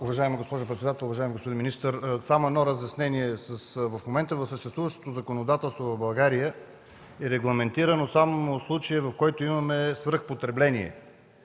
Уважаема госпожо председател, уважаеми господин министър! Само едно разяснение: в момента в съществуващото законодателство в България е регламентиран само случаят, в който имаме свръхпотребление,